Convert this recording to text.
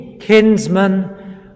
kinsman